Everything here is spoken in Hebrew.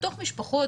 בתוך משפחות,